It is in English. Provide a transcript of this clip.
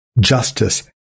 justice